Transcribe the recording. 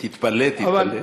תתפלא, תתפלא.